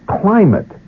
climate